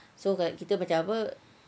so kita macam apa